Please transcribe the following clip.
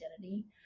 identity